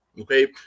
Okay